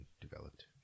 developed